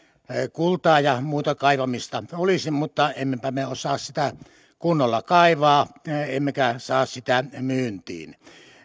kultaa ja muuta kaivamista olisi mutta emmepä me osaa sitä kunnolla kaivaa emmekä saa sitä myyntiin